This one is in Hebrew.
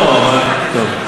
לא, אבל, טוב.